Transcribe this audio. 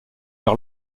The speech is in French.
vers